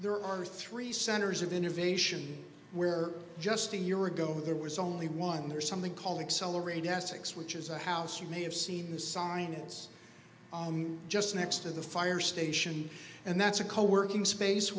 there are three centers of innovation where just a year ago there was only one there's something called accelerate essex which is a house you may have seen sign it's just next to the fire station and that's a co working space